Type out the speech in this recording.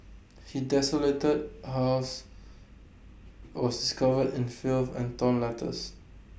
he desolated house was covered in filth and torn letters